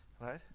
right